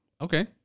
okay